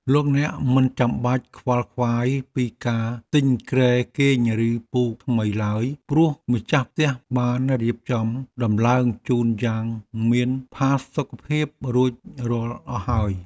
លោកអ្នកមិនចាំបាច់ខ្វល់ខ្វាយពីការទិញគ្រែគេងឬពូកថ្មីឡើយ ព្រោះម្ចាស់ផ្ទះបានរៀបចំដំឡើងជូនយ៉ាងមានផាសុកភាពរួចរាល់អស់ហើយ។